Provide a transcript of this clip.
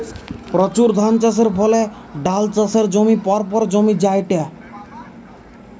প্রচুর ধানচাষের ফলে ডাল চাষের জমি পরপর কমি জায়ঠে